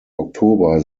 oktober